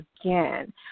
again